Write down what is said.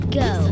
go